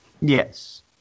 yes